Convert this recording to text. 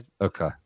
Okay